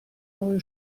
neue